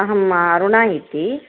अहम् अरुणा इति